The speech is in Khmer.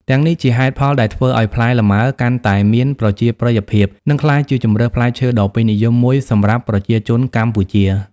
ទាំងនេះជាហេតុផលដែលធ្វើឱ្យផ្លែលម៉ើកាន់តែមានប្រជាប្រិយភាព និងក្លាយជាជម្រើសផ្លែឈើដ៏ពេញនិយមមួយសម្រាប់ប្រជាជនកម្ពុជា។